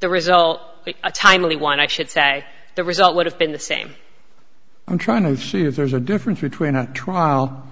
the result is a timely one i should say the result would have been the same i'm trying to see if there's a difference between a trial